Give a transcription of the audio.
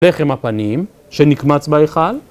לחם הפנים שנקמץ בהיכל.